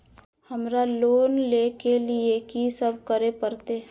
हमरा लोन ले के लिए की सब करे परते?